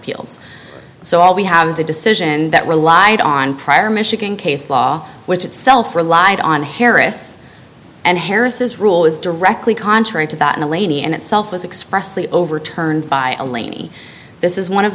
appeals so all we have is a decision that relied on prior michigan case law which itself relied on harris and harris is rule is directly contrary to that no lady and itself was expressly overturned by a laney this is one of